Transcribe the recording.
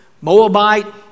Moabite